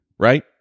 Right